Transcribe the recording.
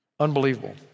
Unbelievable